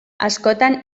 askotan